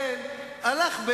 בבקשה, תרגום סימולטני.